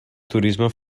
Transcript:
turisme